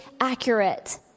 accurate